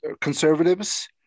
conservatives